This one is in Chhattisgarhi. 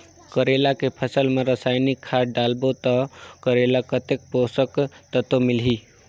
करेला के फसल मा रसायनिक खाद डालबो ता करेला कतेक पोषक तत्व मिलही?